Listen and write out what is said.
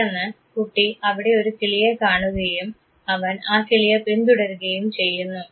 പെട്ടെന്ന് കുട്ടി അവിടെ ഒരു കിളിയെ കാണുകയും അവൻ ആ കിളിയെ പിന്തുടരുകയും ചെയ്യുന്നു